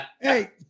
hey